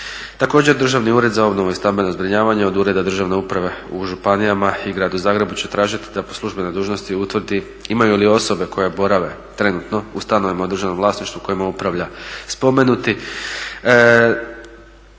Također Državni ured za obnovu i stambeno zbrinjavanje od Ureda državne uprave u županijama i gradu Zagrebu će tražiti da po službenoj dužnosti utvrdi imaju li osobe koje borave trenutno u stanovima u državnom vlasništvu kojima upravlja spomenuti